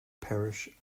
parish